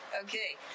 Okay